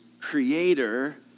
creator